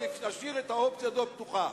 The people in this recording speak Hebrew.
להשאיר את האופציה הזאת פתוחה.